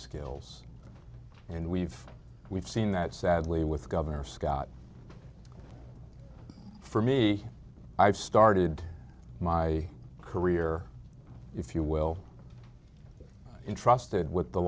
skills and we've we've seen that sadly with governor scott for me i've started my career if you will intrusted with the